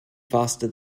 faster